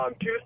Two